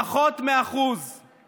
פחות מ-1%;